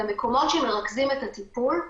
7% מפירים לכאורה.